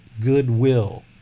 goodwill